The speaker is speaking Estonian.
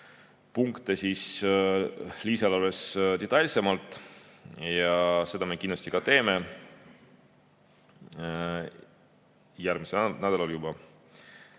punkte lisaeelarves detailsemalt ja seda me kindlasti ka teeme järgmisel nädalal juba.